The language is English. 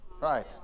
right